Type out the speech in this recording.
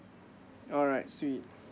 alright sweet